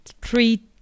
three